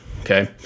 okay